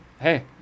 hey